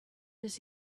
does